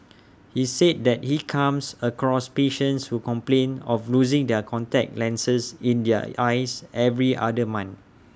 he said that he comes across patients who complain of losing their contact lenses in their eyes every other month